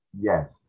Yes